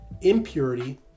Impurity